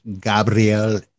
Gabriel